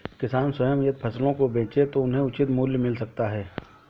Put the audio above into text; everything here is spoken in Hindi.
किसान स्वयं यदि फसलों को बेचे तो उन्हें उचित मूल्य मिल सकता है